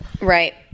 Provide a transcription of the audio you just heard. Right